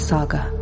Saga